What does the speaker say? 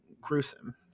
gruesome